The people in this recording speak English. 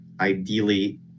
ideally